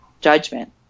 judgment